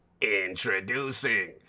Introducing